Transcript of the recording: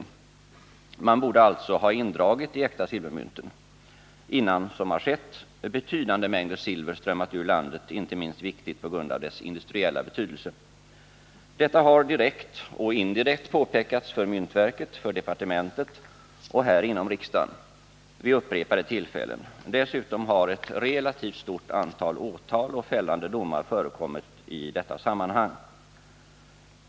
De äkta silvermynten borde alltså ha dragits in innan — något som har skett — betydande mängder silver strömmat ut ur landet. Detta hade varit viktigt inte minst på grund av silvrets industriella betydelse. Detta har direkt och indirekt påpekats för myntverket, för departementet och här inom riksdagen. Det har skett vid upprepade tillfällen. Dessutom har ett relativt stort antal åtal och fällande domar förekommit i detta sammanhang.